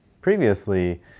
previously